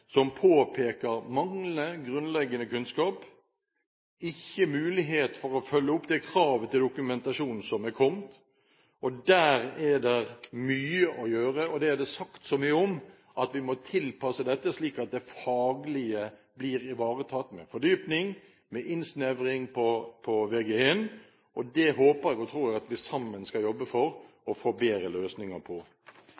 som påpeker manglende grunnleggende kunnskap, og at det ikke er mulighet for å følge opp det kravet til dokumentasjon som er kommet. Der er det mye å gjøre. Det er sagt så mye om at vi må tilpasse dette slik at det faglige blir ivaretatt – med fordypning, med innsnevring på Vg1 – og det håper og tror jeg at vi sammen skal jobbe for